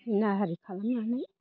जिनाहारि खालामनानै